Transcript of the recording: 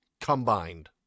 combined